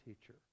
teacher